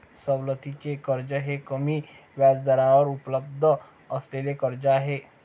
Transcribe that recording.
सवलतीचे कर्ज हे कमी व्याजदरावर उपलब्ध असलेले कर्ज आहे